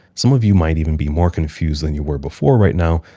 some of you might even be more confused than you were before right now,